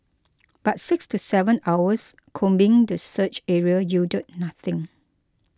but six to seven hours combing the search area yielded nothing